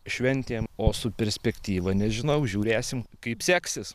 šventėm o su perspektyva nežinau žiūrėsim kaip seksis